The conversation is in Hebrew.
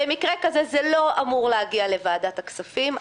במקרה כזה זה לא אמור להגיע לוועדת הכספים.